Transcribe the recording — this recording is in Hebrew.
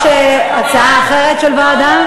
יש הצעה אחרת של ועדה?